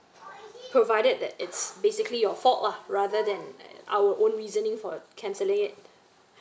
provided that is basically your fault lah rather than our own reasoning for cancelling it